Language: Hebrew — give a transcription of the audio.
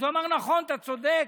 אז הוא אמר: נכון, אתה צודק.